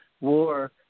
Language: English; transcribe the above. war